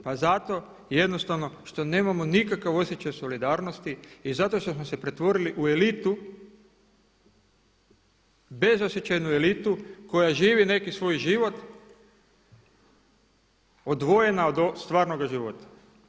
Pa zato jednostavno što nemamo nikakav osjećaj solidarnosti i zato što smo se pretvorili u elitu, bezosjećajnu elitu koja živi neki svoj život odvojena od stvarnoga života.